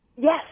Yes